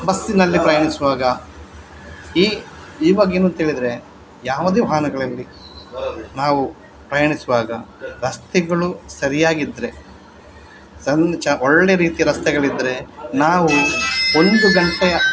ಬಸ್ಸಿನಲ್ಲಿ ಪ್ರಯಾಣಿಸುವಾಗ ಈ ಇವಾಗ ಏನು ಅಂತ ಹೇಳಿದ್ರೆ ಯಾವುದೇ ವಾಹನಗಳಾಗಲೀ ನಾವು ಪ್ರಯಾಣಿಸುವಾಗ ರಸ್ತೆಗಳು ಸರಿಯಾಗಿದ್ದರೆ ಸಂದ್ ಚ ಒಳ್ಳೆಯ ರೀತಿ ರಸ್ತೆಗಳಿದ್ದರೆ ನಾವು ಒಂದು ಗಂಟೆಯ